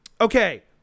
Okay